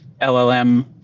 LLM